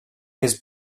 his